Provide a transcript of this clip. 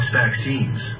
vaccines